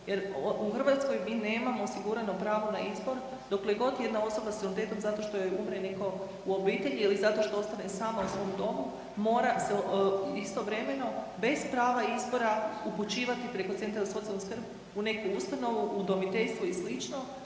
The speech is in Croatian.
jer u Hrvatskoj mi nemamo osigurano pravo na izbor dokle god jedna osoba sa invaliditetom zato što joj umre netko u obitelji ili zato što ostane sama u svom domu, mora se istovremeno bez prava izbora upućivati preko CZSS-a u neku ustanovu, udomiteljstvo i sl.,